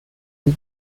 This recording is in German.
die